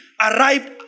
arrived